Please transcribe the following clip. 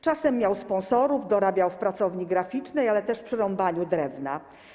Czasem miał sponsorów, dorabiał w pracowni graficznej, ale też przy rąbaniu drewna.